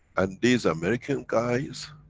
and these american guys,